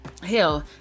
hell